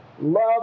love